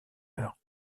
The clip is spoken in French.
heures